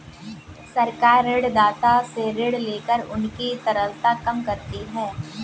सरकार ऋणदाता से ऋण लेकर उनकी तरलता कम करती है